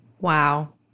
Wow